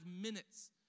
minutes